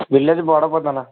ବିଲେରୀ ବଡ଼ପ୍ରଧାନ